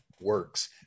works